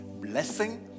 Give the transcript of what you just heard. blessing